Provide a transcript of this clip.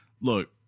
look